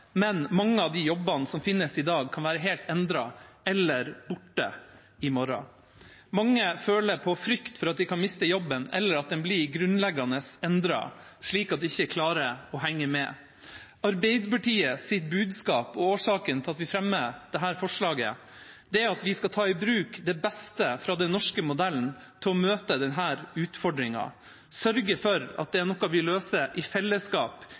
men mange av de jobbene som finnes i dag, kan være helt endret eller borte i morgen. Mange føler på frykt for at de kan miste jobben, eller at den blir grunnleggende endret, slik at de ikke klarer å henge med. Arbeiderpartiets budskap og årsaken til at vi fremmer dette forslaget, er at vi skal ta i bruk det beste fra den norske modellen til å møte denne utfordringen, sørge for at det er noe vi løser i fellesskap,